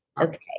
Okay